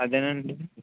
అదే అండి